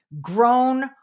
grown